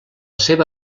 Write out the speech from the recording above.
seva